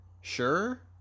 sure